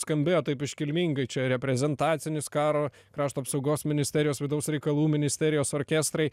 skambėjo taip iškilmingai čia reprezentacinis karo krašto apsaugos ministerijos vidaus reikalų ministerijos orkestrai